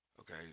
okay